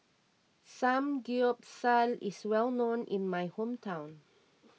Samgyeopsal is well known in my hometown